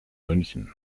münchen